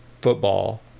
football